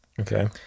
Okay